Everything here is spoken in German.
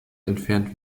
entfernt